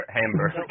Hamburg